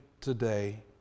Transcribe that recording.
today